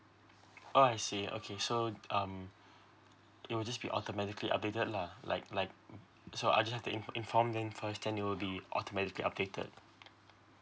oh I see okay so um it will just be automatically updated lah like like so I just have to inform inform them cause then you will be automatically updated